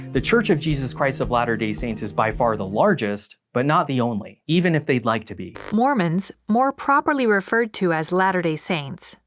the church of jesus christ of latter-day saints is by far the largest, but not the only. even if they'd like to be. mormons, more properly referred to as latter-day saints,